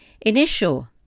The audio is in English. Initial